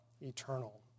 eternal